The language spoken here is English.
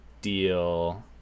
Deal